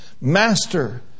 Master